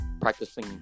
practicing